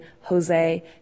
Jose